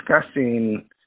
discussing